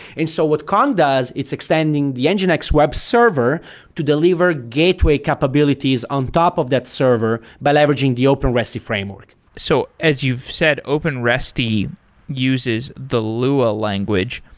and so what kong does, it's extending the and nginx web server to deliver gateway capabilities on top of that server by leveraging the openresty framework so as you've said, openresty uses the lua language,